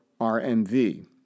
RMV